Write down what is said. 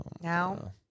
Now